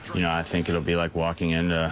yeah i think it will be like walking in